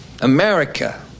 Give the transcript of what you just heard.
America